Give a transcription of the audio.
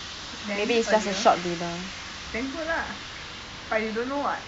then good lah but you don't know [what]